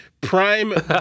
Prime